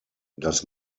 das